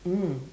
mm